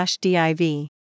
Div